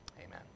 amen